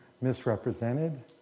misrepresented